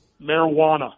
marijuana